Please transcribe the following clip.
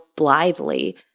blithely